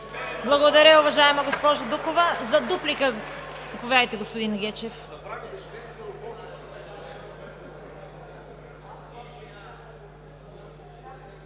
Благодаря, уважаема госпожо Дукова. За дуплика – заповядайте, господин Гечев.